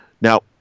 Now